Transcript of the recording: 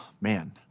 Man